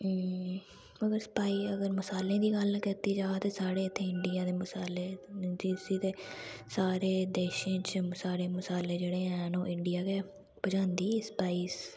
अगर स्पाई अगर मसालें दी गल्ल कीती जा ते साढ़े इ'त्थें इंडिया दे मसाले देसी ते सारे देशें च मसाले जेह्डे़ हैन इंडिया गै पंजादी स्पाइस